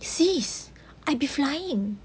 sis I'd be flying